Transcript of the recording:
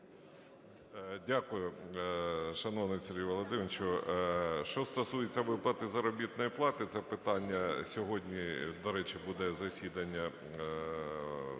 Дякую, шановний Сергію Володимировичу. Що стосується виплати заробітної плати, це питання сьогодні… до речі, буде засідання